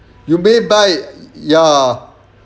you may buy ya